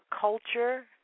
culture